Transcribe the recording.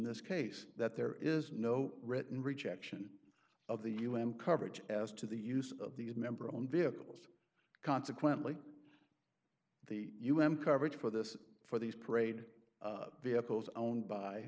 this case that there is no written rejection of the un coverage as to the use of these member on vehicles consequently the un coverage for this for these parade vehicles owned by